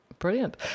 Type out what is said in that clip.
Brilliant